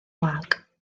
wag